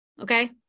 Okay